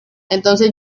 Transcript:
entonces